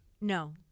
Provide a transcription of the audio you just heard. No